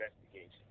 investigation